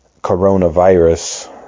coronavirus